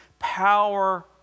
Power